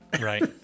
Right